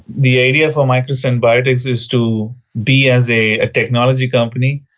the idea for microsynbiotix is to be as a technology company,